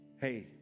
hey